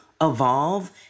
evolve